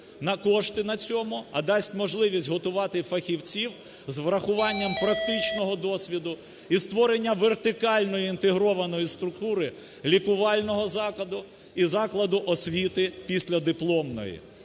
кошти на цьому, а дасть можливість готувати фахівців з урахуванням практичного досвіду і створення вертикальної інтегрованої структури лікувального закладу і закладу освіти післядипломної.